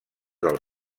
del